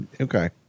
okay